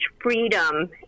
freedom